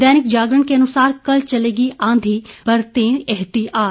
दैनिक जागरण के अन्सार कल चलेगी आंधी बरतें एहतियात